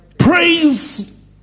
Praise